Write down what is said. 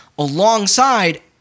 alongside